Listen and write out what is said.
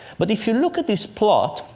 but if you look at this plot,